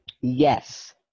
Yes